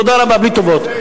תודה רבה, בלי טובות.